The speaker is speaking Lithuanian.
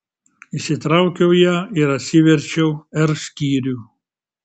išsitraukiau ją ir atsiverčiau r skyrių